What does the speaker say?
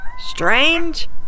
strange